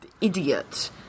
idiot